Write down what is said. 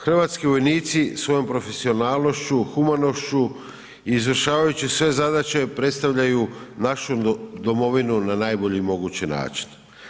Hrvatski vojnici svojom profesionalnošću, humanošću i izvršavajući sve zadaće predstavljaju našu Domovinu na najbolji mogući način.